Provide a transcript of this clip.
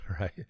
right